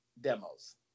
demos